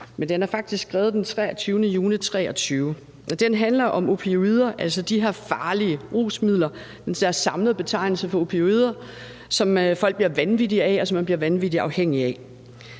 men den er faktisk skrevet den 23. juni 2023. Den handler om opioider, altså de her farlige rusmidler, der med en samlet betegnelse kaldes opioider, som folk bliver vanvittige af, og som man bliver vanvittig afhængig af.